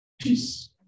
Peace